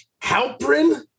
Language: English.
Halprin